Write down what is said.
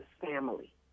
family